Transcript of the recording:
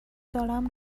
دارم